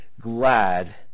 glad